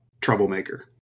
troublemaker